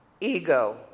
ego